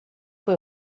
foi